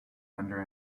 thunder